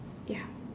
ya